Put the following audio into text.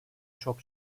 çok